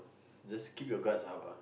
just keep your guards up ah